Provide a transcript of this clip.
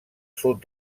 sud